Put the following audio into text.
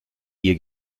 ihr